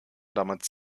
damals